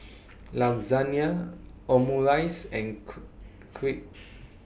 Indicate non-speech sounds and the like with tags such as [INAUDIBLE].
Lasagne Omurice and [UNINTELLIGIBLE] Crepe